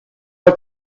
are